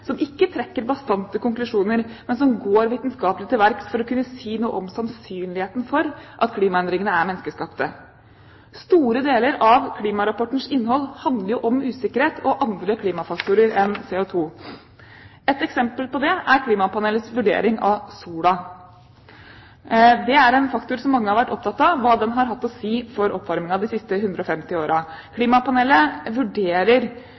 som ikke trekker bastante konklusjoner, men som går vitenskapelig til verks for å kunne si noe om sannsynligheten for at klimaendringene er menneskeskapte. Store deler av klimarapportens innhold handler om usikkerhet og andre klimafaktorer enn CO2. Et eksempel på det er klimapanelets vurdering av sola. Det er en faktor som mange har vært opptatt av: hva den har hatt å si for oppvarmingen de siste 150 årene. Klimapanelet vurderer